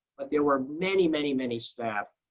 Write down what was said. but there were many, many, many staff,